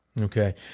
Okay